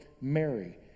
Mary